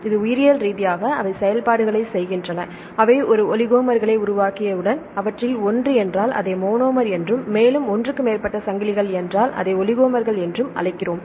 இது உயிரியல் ரீதியாக அவை செயல்பாடுகளைச் செய்கின்றன அவை ஒரு ஒலிகோமர்களை உருவாக்கியவுடன் அவற்றில் ஒன்று என்றால் அதை மோனோமர் என்றும் மேலும் ஒன்றுக்கு மேற்பட்ட சங்கிலிகள் என்றால் அதை ஒலிகோமர் என்றும் அழைக்கிறோம்